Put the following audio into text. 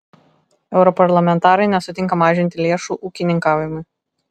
europarlamentarai nesutinka mažinti lėšų ūkininkavimui